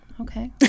Okay